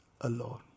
alone